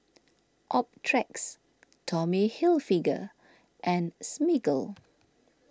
Optrex Tommy Hilfiger and Smiggle